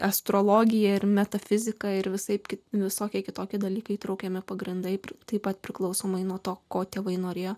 astrologija ir metafizika ir visaip visokie kitokie dalykai įtraukiami pagrindai taip pat priklausomai nuo to ko tėvai norėjo